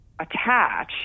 attach